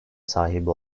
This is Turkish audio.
sahibi